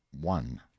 one